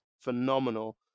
phenomenal